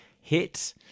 hit